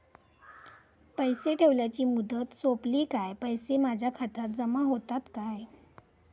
पैसे ठेवल्याची मुदत सोपली काय पैसे माझ्या खात्यात जमा होतात काय?